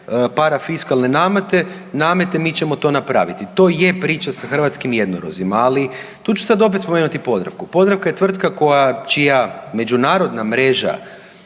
parafiskalne namete mi ćemo to napraviti. To je priča sa hrvatskim jednorozima, ali tu ću sad opet spomenuti Podravku. Podravka je tvrtka čija međunarodna mreža